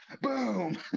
boom